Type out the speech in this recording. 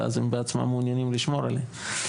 ואז הם בעצמם מעוניינים לשמור עליו.